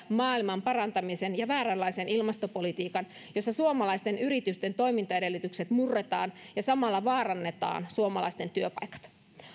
maailmanparantamisen ja vääränlaisen ilmastopolitiikan jossa suomalaisten yritysten toimintaedellytykset murretaan ja samalla vaarannetaan suomalaisten työpaikat